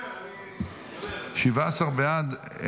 1 נתקבל 17 בעד,